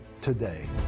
today